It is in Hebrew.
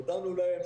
הודענו להם,